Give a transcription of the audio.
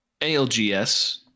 ALGS